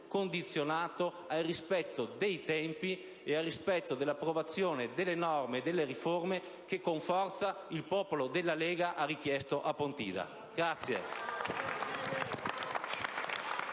condizionato però, al rispetto dei tempi e all'approvazione delle norme e delle riforme che con forza il popolo della Lega ha richiesto a Pontida.